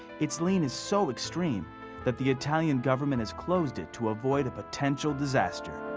it's lean is so extreme that the italian government has closed it to avoid a potential disaster.